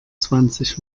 zwanzig